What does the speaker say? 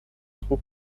trug